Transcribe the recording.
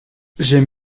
j’aime